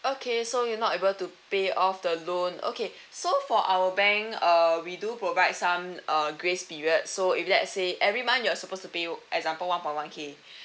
okay so you're not able to pay off the loan okay so for our bank uh we do provide some uh grace period so if let's say every month you're supposed to pay you example one point one K